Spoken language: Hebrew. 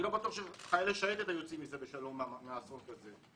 אני לא בטוח שחיילי שייטת היו יוצאים מאסון כזה בשלום.